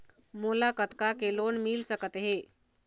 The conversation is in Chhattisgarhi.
मोला कतका के लोन मिल सकत हे?